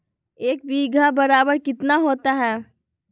एक बीघा बराबर कितना होता है?